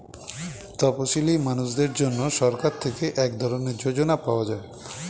তপসীলি মানুষদের জন্য সরকার থেকে এক ধরনের যোজনা পাওয়া যায়